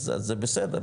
אז זה בסדר,